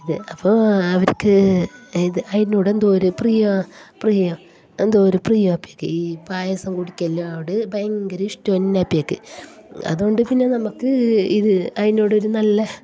അപ്പോൾ അവർക്ക് ഇത് അതിനോട് എന്തോ ഒരു പ്രിയം പ്രിയം എന്തോ ഒരു പ്രിയം അപ്പക്ക് ഈ പായസം കുടിക്കലിനോട് ഭയങ്കര ഇഷ്ടം തന്നെ അപ്പിയക്ക് അതുകൊണ്ട് പിന്നെ നമുക്ക് ഇത് അതിനോട് ഒരു നല്ല